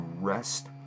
rest